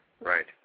right